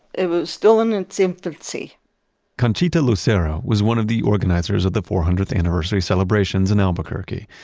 it was still in its infancy conchita lucero was one of the organizers of the four hundredth anniversary celebrations in albuquerque,